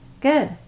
Good